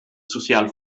social